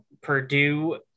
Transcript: Purdue